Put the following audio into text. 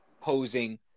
posing